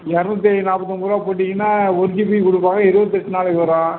இரநூத்தி நாற்பத்தி ஒன்பது ரூவா போட்டீங்கன்னால் ஒரு ஜிபி கொடுப்பாங்க இருபத்தி எட்டு நாளைக்கு வரும்